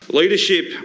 leadership